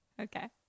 Okay